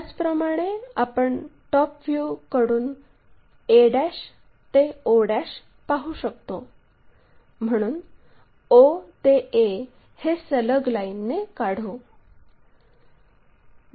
त्याचप्रमाणे आपण टॉप व्ह्यूकडून a ते o पाहू शकतो म्हणून o ते a हे सलग लाईनने काढू